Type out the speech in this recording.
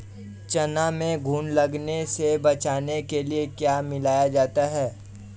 चना में घुन लगने से बचाने के लिए क्या मिलाया जाता है?